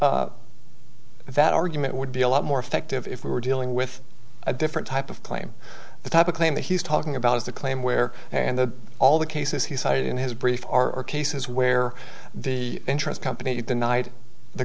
right that argument would be a lot more effective if we were dealing with a different type of claim the type of claim that he's talking about is the claim where and then all the cases he cited in his brief are cases where the interest company denied the